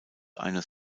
eines